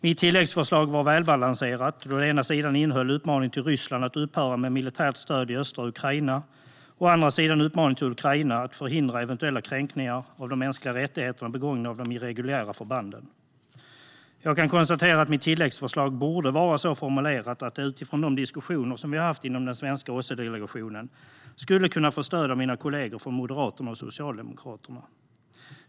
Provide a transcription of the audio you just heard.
Mitt tilläggsförslag var välbalanserat, då det å ena sidan innehöll en uppmaning till Ryssland att upphöra med militärt stöd i östra Ukraina och å andra sidan en uppmaning till Ukraina att förhindra eventuella kränkningar av de mänskliga rättigheterna begångna av de irreguljära förbanden. Jag kan konstatera att mitt tilläggsförslag borde vara så formulerat att det utifrån de diskussioner som vi har haft inom den svenska OSSE-delegationen skulle kunna få stöd av mina kollegor från Moderaterna och Socialdemokraterna.